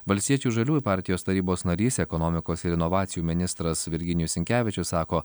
valstiečių ir žaliųjų partijos tarybos narys ekonomikos ir inovacijų ministras virginijus sinkevičius sako